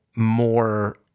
More